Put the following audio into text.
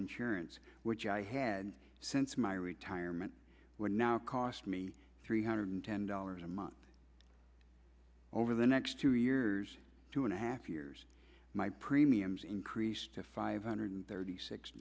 insurance which i head since my retirement would now cost me three hundred ten dollars a month over the next two years two and a half years my premiums increased to five hundred thirty six